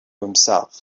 himself